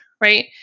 Right